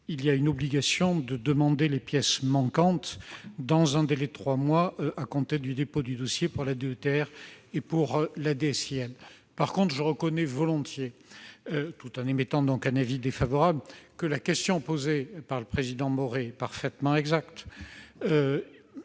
imposant une obligation de demander les pièces manquantes dans un délai de trois mois à compter du dépôt du dossier pour l'aide de la DETR et pour la DSIL. En revanche, je reconnais volontiers, tout en émettant un avis défavorable, que la question posée par le président Maurey est pertinente.